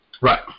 Right